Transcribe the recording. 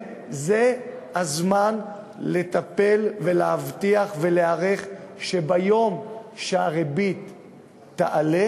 זה הזמן לטפל ולהבטיח ולהיערך שביום שהריבית תעלה,